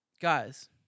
Guys